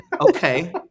Okay